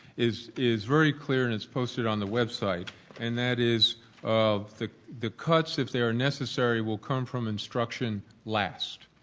is is very clear and it's posted on the website and that is the the cuts if they are necessarily will come from instruction last.